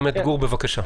גור, בבקשה.